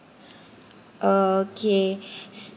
okay